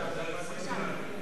אתם תעברו לליכוד,